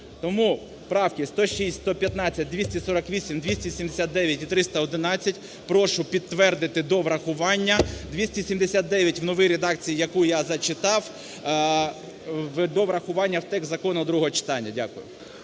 Тому правки 106, 115, 248, 279 і 311 прошу підтвердити до врахування, 279 – в новій редакції, яку я зачитав, до врахування у текст закону другого читання. Дякую.